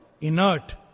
Inert